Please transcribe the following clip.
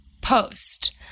post